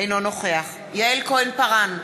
אינו נוכח יעל כהן-פארן,